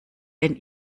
denn